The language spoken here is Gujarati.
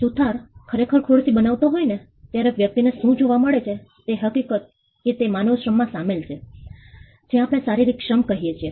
સુથાર ખરેખર ખુરશી બનાવતો હોઈ ત્યારે વ્યક્તિને શું જોવા મળે છે તે હકીકત કે તે માનવ શ્રમમાં સામેલ છે જેને આપણે શારીરિક શ્રમ કહીએ છીએ